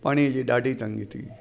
पाणीअ जी ॾाढी तंगी थी